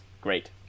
great